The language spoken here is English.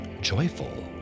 joyful